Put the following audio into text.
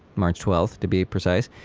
march twelve, to be precise,